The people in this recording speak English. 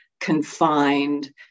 confined